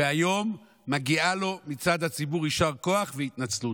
והיום מגיעים לו מצד הציבור יישר כוח והתנצלות.